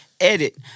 Edit